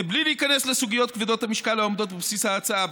מבלי להיכנס לסוגיות כבדות המשקל העומדות בבסיס ההצעה,